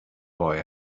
boy